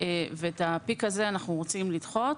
ואת הפיק הזה אנחנו רוצים לדחות.